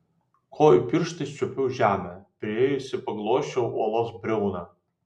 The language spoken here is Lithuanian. kojų pirštais čiuopiau žemę priėjusi paglosčiau uolos briauną